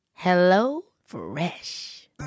HelloFresh